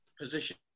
position